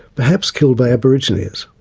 perhaps killed by aborigines,